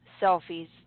Selfies